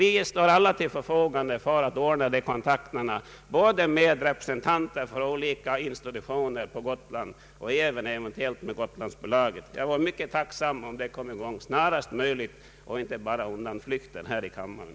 Vi står alla till förfogande för att ordna kontakter både med representanter för olika institutioner på Gotland och eventuellt även med Gotlandsbolaget. Jag vore mycket tacksam om man kunde komma i gång med denna sak och inte bara behövde höra undanflykter här i kammaren.